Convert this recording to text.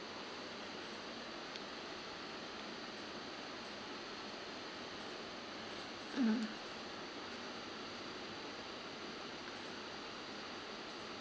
mm